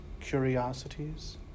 curiosities